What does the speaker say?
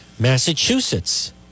Massachusetts